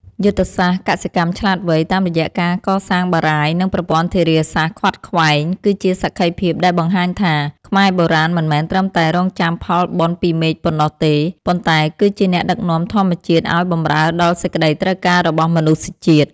យុទ្ធសាស្ត្រ កសិកម្មឆ្លាតវៃ តាមរយៈការកសាងបារាយណ៍ និងប្រព័ន្ធធារាសាស្ត្រខ្វាត់ខ្វែង គឺជាសក្ខីភាពដែលបង្ហាញថា ខ្មែរបុរាណមិនមែនត្រឹមតែរង់ចាំផលបុណ្យពីមេឃប៉ុណ្ណោះទេ ប៉ុន្តែគឺជាអ្នកដឹកនាំធម្មជាតិឱ្យបម្រើដល់សេចក្តីត្រូវការរបស់មនុស្សជាតិ។